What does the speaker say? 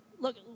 Look